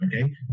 Okay